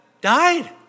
died